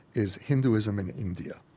is hinduism in india.